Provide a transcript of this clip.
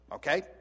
Okay